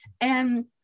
And-